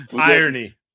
Irony